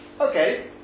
okay